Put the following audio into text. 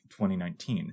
2019